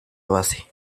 base